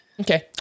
Okay